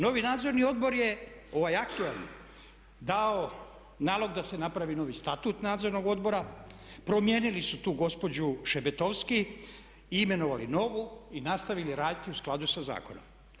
Novi nadzorni odbor je ovaj aktualni dao nalog da se napravi novi statut nadzornog odbora, promijenili su tu gospođu Šebetovski i imenovali i nastavili raditi u skladu sa zakonom.